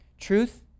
Truth